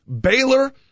Baylor